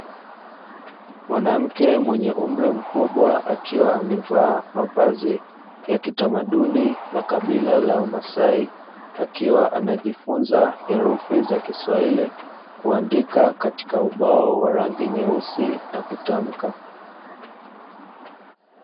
Mwanamke mwenye umri mkubwa, akiwa amevaa mavazi ya kitamaduni la kabila la wamasai, akiwa anajifunza herufi za kiswahili, kuandika katika ubao wa rangi nyeusi na kutamka.